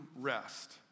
rest